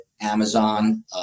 Amazon